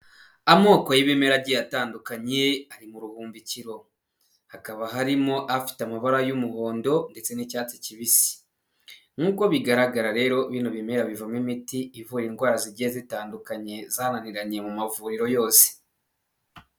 Amoko y'ibimera agiye atandukanye ari mu ruhumbikiro, hakaba harimo afite amabara y'umuhondo ndetse n'icyatsi kibisi, nk'uko bigaragara rero bino bimera bivamo imiti ivura indwara zigiye zitandukanye zananiranyeye mu mavuriro yose.